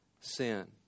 sin